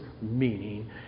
meaning